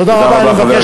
תודה רבה.